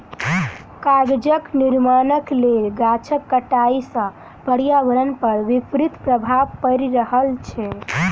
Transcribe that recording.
कागजक निर्माणक लेल गाछक कटाइ सॅ पर्यावरण पर विपरीत प्रभाव पड़ि रहल छै